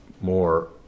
more